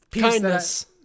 kindness